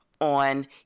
on